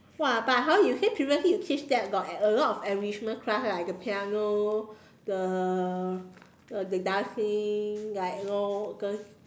!wah! but hor you say previously you teach there got a lot of enrichment class right the piano the the dancing like you know those